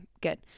good